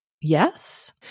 yes